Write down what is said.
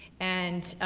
and,